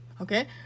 okay